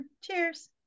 Cheers